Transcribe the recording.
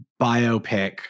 biopic